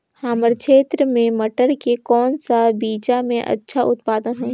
हमर क्षेत्र मे मटर के कौन सा बीजा मे अच्छा उत्पादन होही?